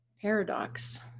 paradox